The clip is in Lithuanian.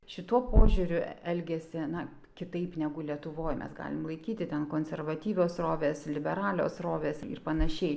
šituo požiūriu elgiasi na kitaip negu lietuvoj mes galim laikyti ten konservatyvios srovės liberalios srovės ir panašiai